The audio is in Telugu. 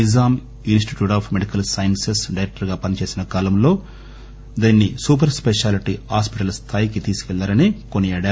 Nizam institute of medical sciences director గా పనిచేసిన కాలంలో దీన్ని సూపర్ స్పెషాలిటీ ఆస్పిటల్ స్థాయికి తీసుకెళ్లారని కొనియాడారు